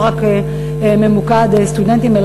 לא רק ממוקד סטודנטים,